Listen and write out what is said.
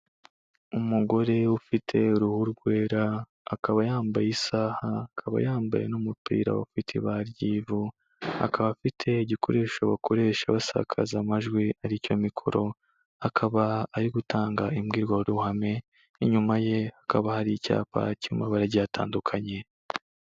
Umugore ufite uruhu rwera, akaba yambaye isaha, akaba yambaye n'umupira ufite iba ry'ivu, akaba afite igikoresho bakoresha basakaza amajwi ari cyo mikoro, akaba ari gutanga imbwirwaruhame n'inyuma ye hakaba hari icyapa kirimo amabara agiye atandukanye.